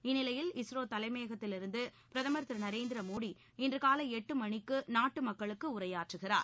இந்நிலையில் இஸ்ரோ தலைமையகத்திலிருந்து பிரதமர் திரு நரேந்திர மோடி இன்று காலை எட்டு மணிக்கு நாட்டு மக்களுக்கு உரையாற்றுகிறார்